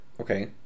Okay